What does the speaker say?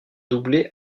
doublé